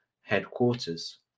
headquarters